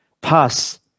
pass